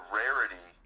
rarity